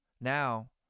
now